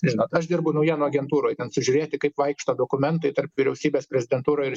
žinot aš dirbu naujienų agentūroj ten sužiūrėti kaip vaikšto dokumentai tarp vyriausybės prezidentūroj ir